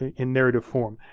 in narrative form.